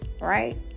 right